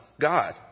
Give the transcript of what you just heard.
God